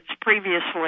previously